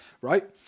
right